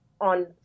on